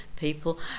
People